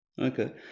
Okay